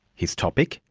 his topic,